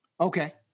Okay